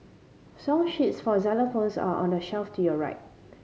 song sheets for xylophones are on the shelf to your right